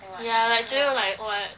ya like 只有 like oh I